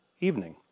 evening